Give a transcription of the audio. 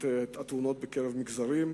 את התאונות בקרב מגזרים.